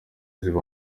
ziva